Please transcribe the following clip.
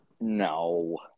No